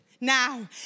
now